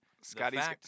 Scotty's